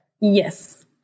Yes